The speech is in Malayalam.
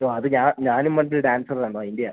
ഓ അത് ഞാൻ ഞാനും പണ്ട് ഡാൻസറായിരുന്നു അതിൻ്റെയാണ്